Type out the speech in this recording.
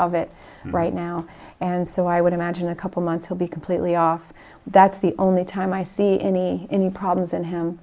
of it right now and so i would imagine a couple months he'll be completely off that's the only time i see any any problems in him